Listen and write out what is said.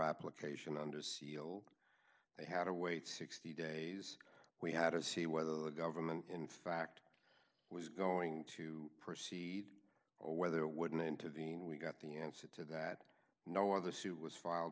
application under seal they had to wait sixty days we had to see whether the government in fact was going to proceed or whether it wouldn't intervene we got the answer to that no other suit was filed